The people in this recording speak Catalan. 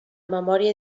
memòria